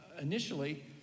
initially